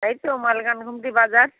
এই তো মালিগ্রাম ঘুমটি বাজার